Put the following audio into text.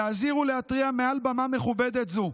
להזהיר ולהתריע מעל במה מכובדת זו: